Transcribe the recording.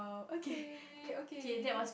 oh okay okay